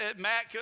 Matt